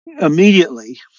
immediately